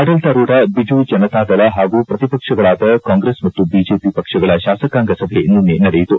ಆಡಳಿತಾರೂಢ ಬಿಜು ಜನತಾದಳ ಹಾಗೂ ಪ್ರತಿಪಕ್ಷಗಳಾದ ಕಾಂಗ್ರೆಸ್ ಮತ್ತು ಬಿಜೆಪಿ ಪಕ್ಷಗಳ ಶಾಸಕಾಂಗ ಸಭೆ ನಿನ್ನೆ ನಡೆಯಿತು